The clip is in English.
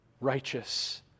righteous